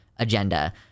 agenda